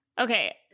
Okay